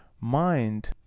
mind